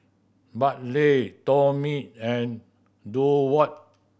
Bartley Tomie and Durward